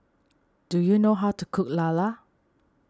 do you know how to cook Lala